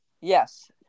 Yes